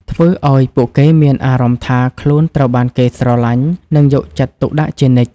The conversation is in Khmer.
ធ្វើឱ្យពួកគេមានអារម្មណ៍ថាខ្លួនត្រូវបានគេស្រឡាញ់ និងយកចិត្តទុកដាក់ជានិច្ច។